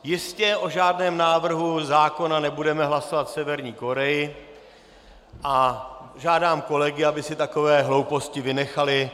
Jistě o žádném návrhu zákona nebudeme hlasovat v Severní Koreji a žádám kolegy, aby takové hlouposti vynechali.